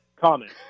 comment